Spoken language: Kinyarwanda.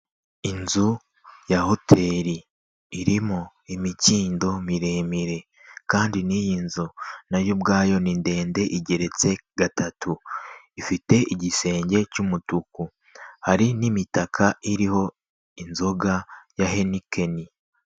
Inzu ya hoteri irimo imikindo miremire kandi n'iyi nzu na yo ubwayo ni ndende igeretse gatatu, ifite igisenge cy'umutuku, hari n'imitaka iriho inzoga ya henikeni.